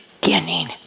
beginning